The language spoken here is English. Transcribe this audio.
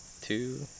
two